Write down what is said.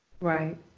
Right